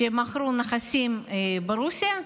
מכרו נכסים ברוסיה,